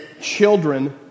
children